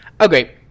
okay